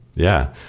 yeah.